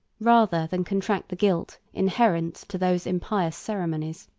rather than contract the guilt inherent to those impious ceremonies.